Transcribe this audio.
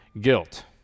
Guilt